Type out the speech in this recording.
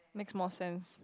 makes more sense